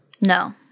No